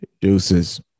deuces